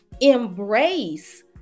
embrace